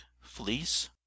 fleece